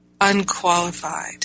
unqualified